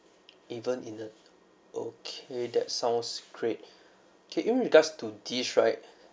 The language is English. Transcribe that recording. even in the okay that sounds great okay you mean regards to this right